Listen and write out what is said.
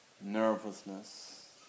nervousness